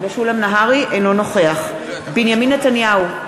אינו נוכח בנימין נתניהו,